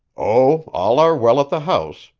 oh, all are well at the house,